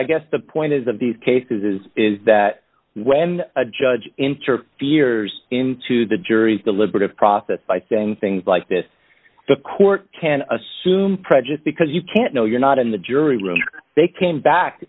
i guess the point is that these cases is that when a judge interferes into the jury's deliberative process by saying things like this the court can assume prejudice because you can't know you're not in the jury room they came back